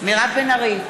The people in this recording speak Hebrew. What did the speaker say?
מירב בן ארי,